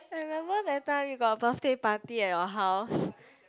I remember that time you got birthday party at your house